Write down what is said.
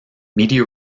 media